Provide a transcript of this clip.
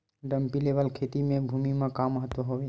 Dumpy level का खेती भुमि म का महत्व हावे?